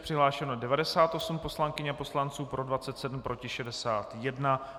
Přihlášeno 98 poslankyň a poslanců, pro 27, proti 61.